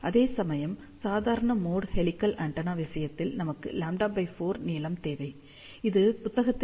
அதேசமயம் சாதாரண mode helical antenna விஷயத்தில் நமக்கு λ 4 நீளம் தேவை இது புத்தகத்தின் படி